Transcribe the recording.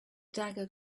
dagger